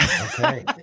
Okay